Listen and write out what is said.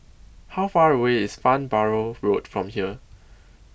How Far away IS Farnborough Road from here